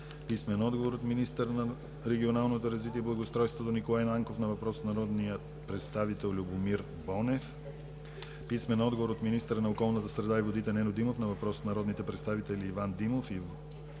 Стоилов. – от министъра на регионалното развитие и благоустройството Николай Нанков на въпрос от народния представител Любомир Бонев; – от министъра на околната среда и водите Нено Димов на въпрос от народните представители Иван Димов